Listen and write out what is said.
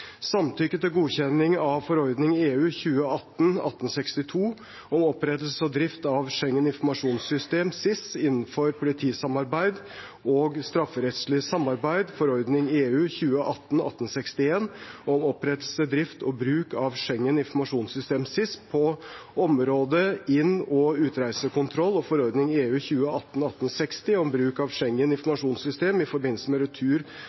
Samtykke til godtakelse av forordning 2018/1862 om opprettelse, drift og bruk av Schengen informasjonssystem innenfor politisamarbeid og strafferettslig samarbeid, forordning 2018/1861 om opprettelse, drift og bruk av Schengen informasjonssystem på området inn- og utreisekontroll og forordning 2018/1860 om bruk av Schengen informasjonssystem i forbindelse med retur